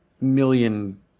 million